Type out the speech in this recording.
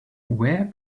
where